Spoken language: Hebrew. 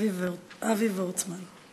אבי וורצמן.